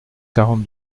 quarante